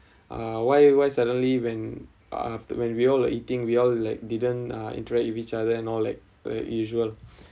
uh why why suddenly when uh when we all are eating we all like didn't uh interact with each other and all like like usual